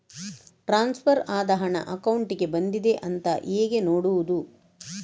Transfer ಆದ ಹಣ ಅಕೌಂಟಿಗೆ ಬಂದಿದೆ ಅಂತ ಹೇಗೆ ನೋಡುವುದು?